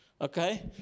Okay